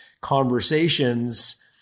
conversations